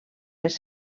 les